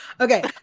Okay